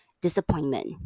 disappointment